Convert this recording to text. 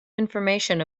information